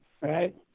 Right